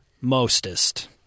Mostest